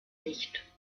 nicht